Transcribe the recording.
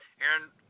Aaron